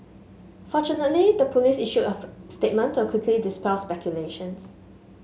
fortunately the police issued a statement to quickly dispel speculations